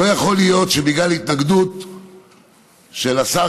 לא יכול להיות שבגלל התנגדות של השר